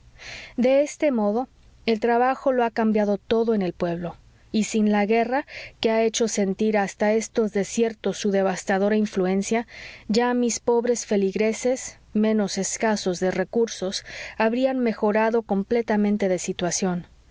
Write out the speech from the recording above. de este modo el trabajo lo ha cambiado todo en el pueblo y sin la guerra que ha hecho sentir hasta estos desiertos su devastadora influencia ya mis pobres feligreses menos escasos de recursos habrían mejorado completamente de situación